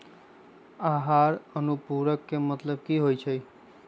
आहार अनुपूरक के मतलब की होइ छई?